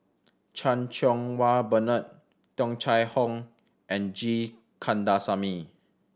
Chan Cheng Wah Bernard Tung Chye Hong and G Kandasamy